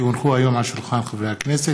כי הונחו היום על שולחן הכנסת,